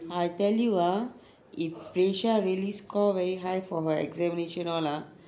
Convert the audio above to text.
I tell you ah if reisha really score very high for her examination all ah